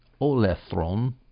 olethron